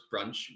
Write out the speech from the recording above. brunch